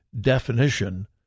definition